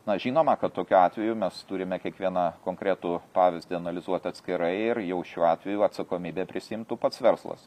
na žinoma kad tokiu atveju mes turime kiekvieną konkretų pavyzdį analizuoti atskirai ir jau šiuo atveju atsakomybę prisiimtų pats verslas